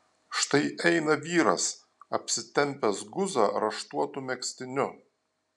štai eina vyras apsitempęs guzą raštuotu megztiniu